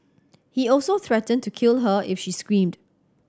he also threatened to kill her if she screamed